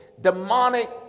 demonic